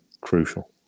crucial